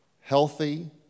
healthy